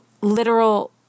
literal